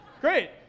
great